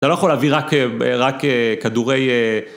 אתה לא יכול להביא רק כדורי...